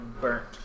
burnt